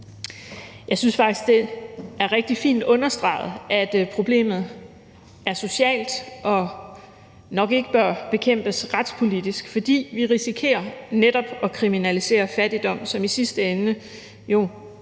Jeg synes faktisk, det er rigtig fint understreget, at problemet er socialt og nok ikke bør bekæmpes retspolitisk, fordi vi netop risikerer at kriminalisere fattigdom, som i sidste ende jo også